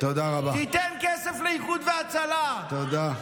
תיתן כסף לאיחוד והצלה, תודה.